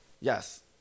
Yes